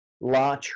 la